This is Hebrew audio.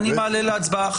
אני מעלה להצבעה את הצעת החוק.